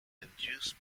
induced